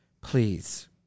please